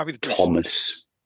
Thomas